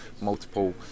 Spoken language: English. multiple